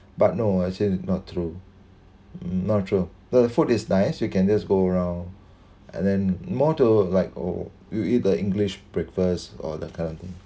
but no I say not true not true the food is nice we can just go around and then more to like oh you eat the english breakfast or that kind of thing